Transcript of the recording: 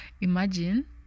Imagine